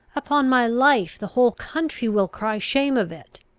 upon my life, the whole country will cry shame of it.